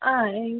ആ എ ഈ